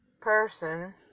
person